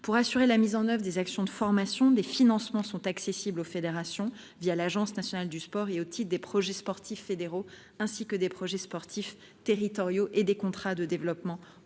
Pour assurer la mise en oeuvre des actions de formation, des financements sont accessibles aux fédérations l'Agence nationale du sport et au titre des projets sportifs fédéraux, ainsi que des projets sportifs territoriaux et des contrats de développement à